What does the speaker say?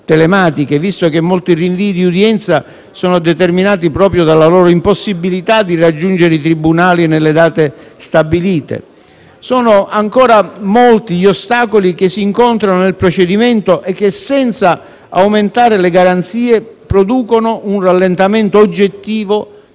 telematiche, visto che molti rinvii di udienza sono determinati proprio dalla loro impossibilità a raggiungere i tribunali nelle date stabilite. Sono ancora molti gli ostacoli che si incontrano nel procedimento e che, senza aumentare le garanzie, producono un rallentamento oggettivo